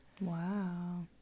Wow